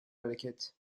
hareket